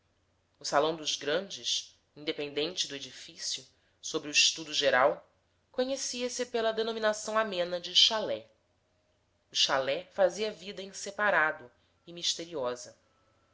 o salão dos grandes independente do edifício sobre o estudo geral conhecia-se pela denominação amena de chalé o chalé fazia vida em separado e misteriosa